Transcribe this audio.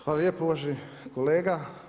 Hvala lijepo uvaženi kolega.